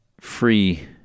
free